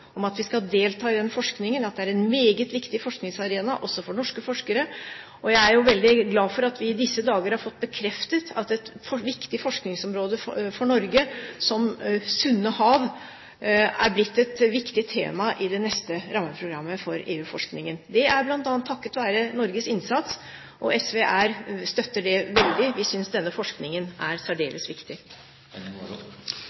om at vi skal delta i den forskningen, og at det er en meget viktig forskningsarena også for norske forskere. Jeg er jo veldig glad for at vi i disse dager har fått bekreftet at et viktig forskningsområde for Norge, om sunne hav, er blitt et viktig tema i det neste rammeprogrammet for EU-forskningen. Det er bl.a. takket være Norges innsats, og SV støtter det veldig. Vi synes denne forskningen er særdeles